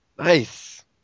Nice